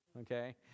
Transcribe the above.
Okay